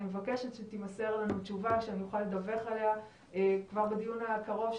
אני מבקשת שתימסר לנו תשובה שאוכל לדווח עליה כבר בדיון הקרוב,